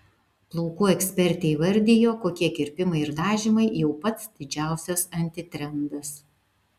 plaukų ekspertė įvardijo kokie kirpimai ir dažymai jau pats didžiausias antitrendas